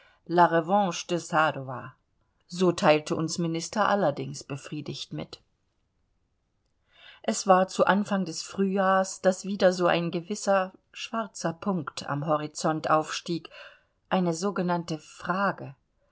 revanche de sadowa so teilte uns minister allerdings befriedigt mit es war zu anfang des frühjahrs daß wieder so ein gewisser schwarzer punkt am horizont aufstieg eine sogenannte frage